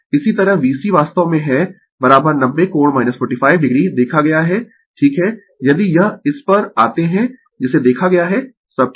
इसी तरह VC वास्तव में है 90 कोण 45 o देखा गया है ठीक है यदि यह इस पर आते है जिसे देखा गया है सब ठीक